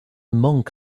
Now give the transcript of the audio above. monk